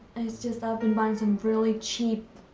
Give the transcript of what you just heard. and it's just, i've been buying some really cheap